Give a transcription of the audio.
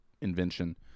invention